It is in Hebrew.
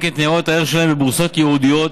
את ניירות הערך שלהן בבורסות ייעודיות